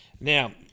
Now